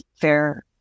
fair